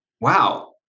wow